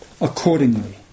accordingly